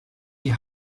die